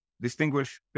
distinguish